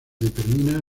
determina